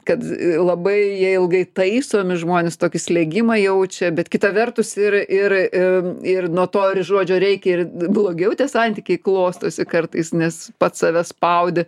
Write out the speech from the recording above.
kad labai jie ilgai taisomi žmonės tokį slėgimą jaučia bet kita vertus ir ir ir nuo to ar žodžio reikia ir blogiau tie santykiai klostosi kartais nes pats save spaudi